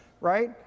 right